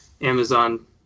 Amazon